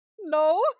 No